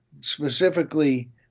specifically